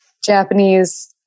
Japanese